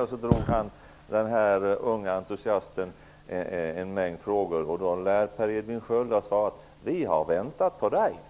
om socialdemokrater. Den unge entusiasten frågade varför man inte hade gjort det och det. Då lär Per Edvin Sköld ha svarat: Vi har väntat på dig!